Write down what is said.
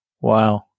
wow